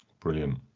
Brilliant